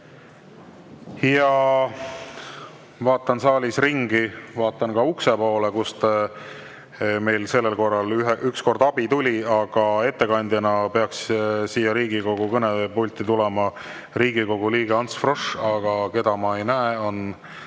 Ma vaatan saalis ringi, vaatan ka ukse poole, kust meil sellisel korral ükskord abi tuli. Ettekandjana peaks siia Riigikogu kõnepulti tulema Riigikogu liige Ants Frosch, aga keda ma ei näe, on